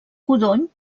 codony